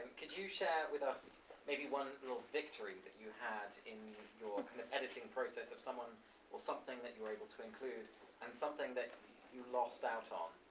could you share with us maybe one little victory that you had in your editing process of someone or something that you were able to include and something that you lost out on,